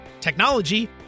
technology